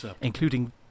including